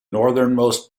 northernmost